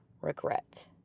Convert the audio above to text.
regret